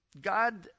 God